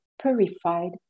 purified